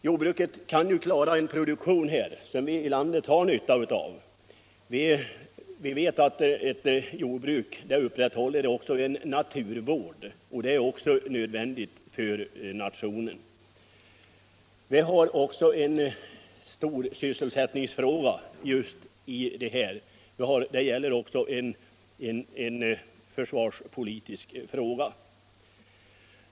Jordbruket kan klara en produktion som vi har nytta av. Jordbruket ombesörjer dessutom en naturvård som är nödvändig för nationen. Likaså har det stor betydelse från sysselsättningssynpunkt och från försvarspolitisk synpunkt.